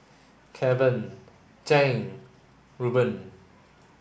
Keven Zhane Rueben